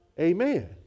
Amen